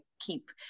keep